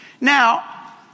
Now